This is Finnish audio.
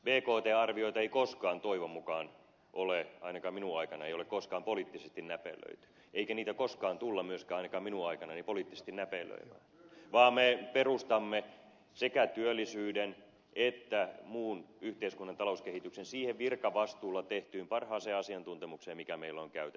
bkt arvioita ei koskaan toivon mukaan ole ei ainakaan minun aikanani poliittisesti näpelöity eikä niitä koskaan tulla myöskään ei ainakaan minun aikanani poliittisesti näpelöimään vaan me perustamme sekä työllisyyden että muun yhteiskunnan talouskehityksen ennustamisen siihen virkavastuulla tehtyyn parhaaseen asiantuntemukseen mikä meillä on käytettävissä